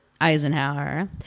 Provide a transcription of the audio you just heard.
Eisenhower